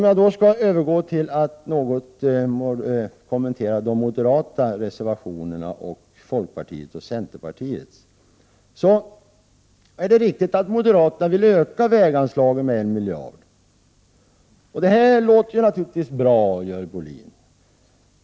Jag skall övergå till att något kommentera de moderata reservationerna samt folkpartiets och centerpartiets reservationer. Det är riktigt att moderaterna vill öka väganslagen med 1 miljard. Detta låter naturligtvis bra, Görel Bohlin.